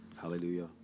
Hallelujah